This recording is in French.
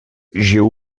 géo